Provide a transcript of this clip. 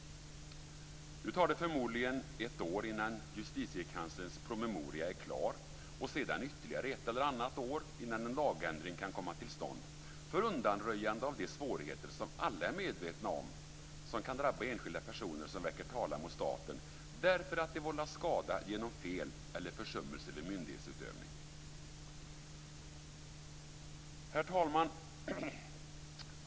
Nu tar det förmodligen ett år innan Justitiekanslerns promemoria är klar och sedan ytterligare ett eller annat år innan en lagändring kan komma till stånd för undanröjande av de svårigheter, som alla är medvetna om, som kan drabba enskilda personer som väcker talan mot staten därför att de vållats skada genom fel eller försummelse vid myndighetsutövning. Herr talman!